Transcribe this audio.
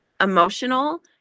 emotional